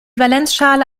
valenzschale